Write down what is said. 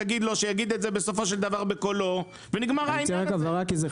תגיד לו שיגיד את זה בסופו של דבר בקולו ונגמר העניין הזה.